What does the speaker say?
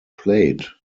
plate